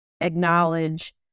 acknowledge